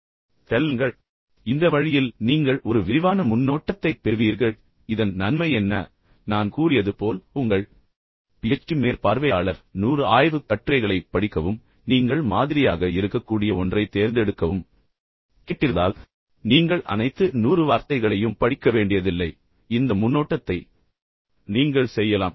இப்போது இந்த வழியில் நீங்கள் ஒரு விரிவான முன்னோட்டத்தைப் பெறுவீர்கள் இதன் நன்மை என்ன நான் கூறியது போல் உங்கள் பிஎச்டி மேற்பார்வையாளர் 100 ஆய்வுக் கட்டுரைகளைப் படிக்கவும் நீங்கள் மாதிரியாக இருக்கக்கூடிய ஒன்றைத் தேர்ந்தெடுக்கவும் கேட்டிருந்தால் எனவே நீங்கள் அனைத்து 100 வார்த்தைகளையும் வார்த்தைக்கு வார்த்தை படிக்க வேண்டியதில்லை ஆனால் இந்த முன்னோட்டத்தை நீங்கள் செய்யலாம்